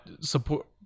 support